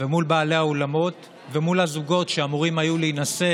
ומול בעלי האולמות ומול הזוגות שאמורים היו להינשא